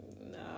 No